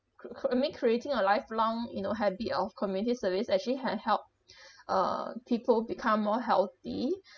could could make creating a lifelong you know habit of community service actually had help uh people become more healthy